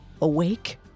awake